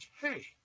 Hey